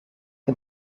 wir